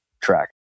track